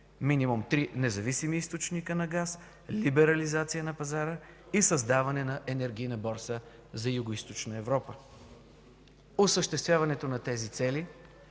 минимум три независими източника на газ, либерализация на пазара и създаване на енергийна борса за Югоизточна Европа. Осъществяването на тези цели